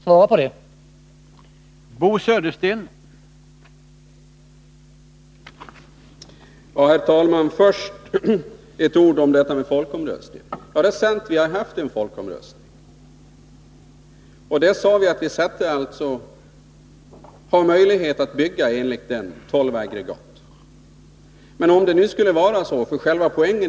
Svara på denna fråga!